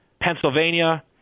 Pennsylvania